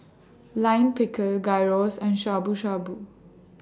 Lime Pickle Gyros and Shabu Shabu